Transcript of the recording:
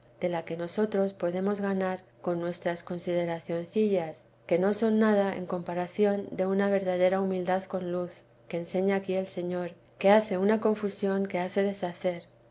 de la que nosotros podemos ganar con nuestras consideracioncillas que no son nada en comparación de una verdadera humildad con luz que enseña aquí el señor que hace una confusión que hace deshacer